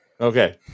Okay